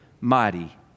mighty